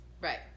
right